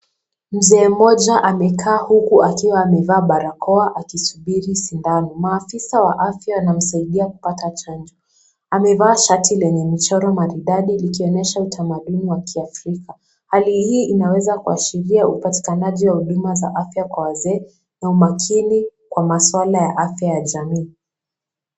Mzee mmoja amekaa huku akiwa amevaa barakoa akisubiri sindani. Maafisa wa afya wanamsaidia kupata chanjo. Amevaa shati lenye michoro maridadi likionyesha utamaduni wa kiafrika. Hali hii inaweza kuiashiria upatikanaji wa huduma za afya kwa wazee na umakini kwa masuala ya afya ya jamii.